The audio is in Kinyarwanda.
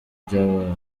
byabaye